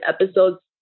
episodes